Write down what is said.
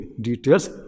details